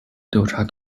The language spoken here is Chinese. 调查